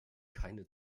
keine